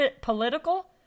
political